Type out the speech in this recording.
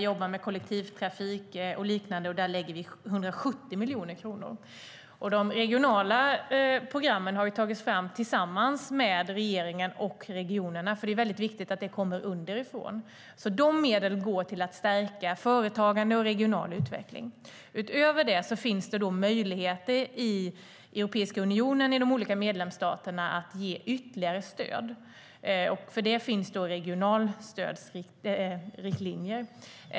Man jobbar med kollektivtrafik och liknande. Där lägger vi 170 miljoner kronor. De regionala programmen har tagits fram tillsammans av regeringen och regionerna. Det är väldigt viktigt att de kommer underifrån. Dessa medel går till att stärka företagande och regional utveckling. Utöver det finns det möjligheter i Europeiska unionen i de olika medlemsstaterna att ge ytterligare stöd. För det finns det regionalstödsriktlinjer.